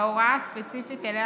וההוראה הספציפית שאליה